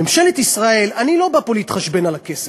ממשלת ישראל, אני לא בא להתחשבן פה על הכסף,